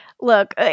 Look